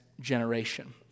generation